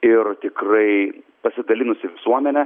ir tikrai pasidalinusi visuomenė